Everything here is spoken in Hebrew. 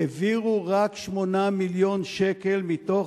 העבירו רק 8 מיליון שקל מתוך,